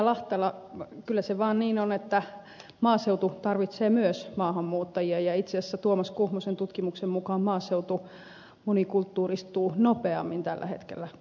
lahtela kyllä se vaan niin on että maaseutu tarvitsee myös maahanmuuttajia ja itse asiassa tuomas kuhmosen tutkimuksen mukaan maaseutu monikulttuuristuu nopeammin tällä hetkellä kuin kaupungit